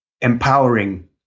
empowering